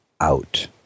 out